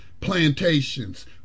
plantations